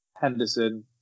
Henderson